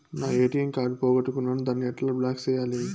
నా ATM card పోగొట్టుకున్నాను, దాన్ని ఎట్లా బ్లాక్ సేయాలి?